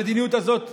המדיניות הזאת איננה.